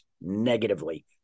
negatively